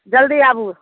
जल्दी आबु